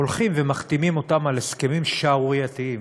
הולכים ומחתימים אותם על הסכמים שערורייתיים